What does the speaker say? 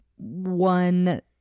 one